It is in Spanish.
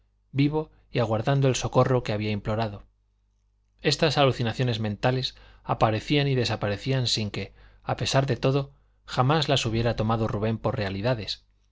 vivo y aguardando el socorro que había implorado estas alucinaciones mentales aparecían y desaparecían sin que a pesar de todo jamás las hubiera tomado rubén por realidades